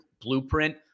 blueprint